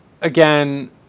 again